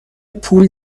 پول